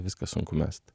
viską sunku mest